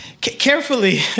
Carefully